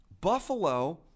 Buffalo